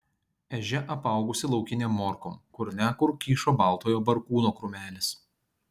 ežia apaugusi laukinėm morkom kur ne kur kyšo baltojo barkūno krūmelis